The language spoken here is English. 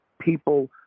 people